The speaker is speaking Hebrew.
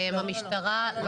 לא.